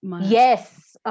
yes